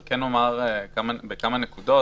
כי הייתה כאן קודם